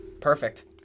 Perfect